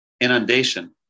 inundation